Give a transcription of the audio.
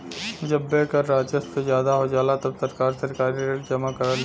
जब व्यय कर राजस्व से ज्यादा हो जाला तब सरकार सरकारी ऋण जमा करलीन